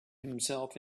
himself